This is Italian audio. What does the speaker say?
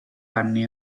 anni